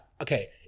okay